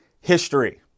history